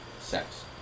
sex